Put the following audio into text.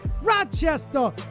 Rochester